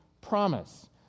promise